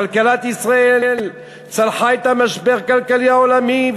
כלכלת ישראל צלחה את המשבר הכלכלי העולמי,